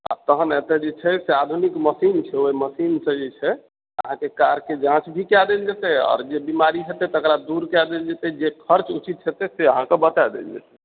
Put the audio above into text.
आ तहन एतऽ जे छै से आधुनिक मशीन छै ओहि मशीन से जे छै अहाँके कारके जाँच भी कऽ देल जेतै आओर जे बिमारी हेतै तकरा दूर कऽ देल जेतै जे खर्च उचित हेतै से अहाँके बता देल जेतै